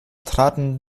traten